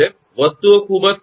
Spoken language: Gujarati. વસ્તુઓ ખૂબ જ સરળ છે